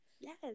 Yes